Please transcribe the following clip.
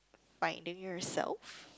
finding yourself